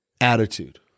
Attitude